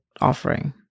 offering